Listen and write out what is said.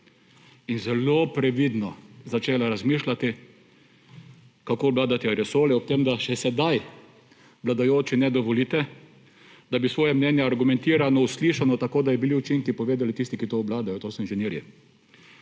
In zelo previdno začela razmišljati, kako obvladati aerosole ob tem, da še sedaj vladajoči ne dovolite, da bi svoje mnenje argumentirano, slišano, tako da bi učinke povedali tisti, ki to obvladajo. To so inženirji.